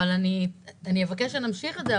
אני אבקש שנמשיך את זה,